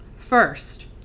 First